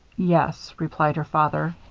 yes, replied her father,